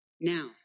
Now